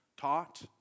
taught